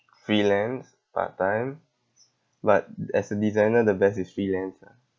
freelance part time but as a designer the best is freelance ah